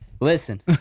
Listen